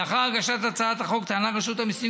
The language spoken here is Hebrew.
לאחר הגשת הצעת החוק טענה רשות המיסים